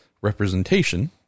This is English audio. representation